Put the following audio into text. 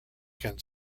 can